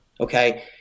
Okay